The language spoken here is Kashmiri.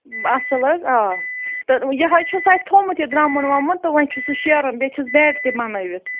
اَصٕل حظ آ تہٕ یِہوٚے چھُس اَسہِ تھوٚمُت یہِ درٛمُن وَمُن تہٕ وۄنۍ چھِ سُہ شیرُن بیٚیہِ چھِس بٮ۪ڈ تہِ بَنٲوِتھ